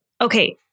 okay